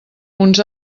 uns